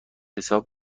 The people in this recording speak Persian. حساب